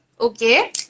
Okay